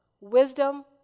wisdom